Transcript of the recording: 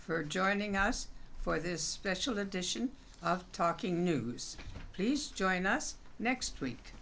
for joining us for this special edition of talking news please join us next week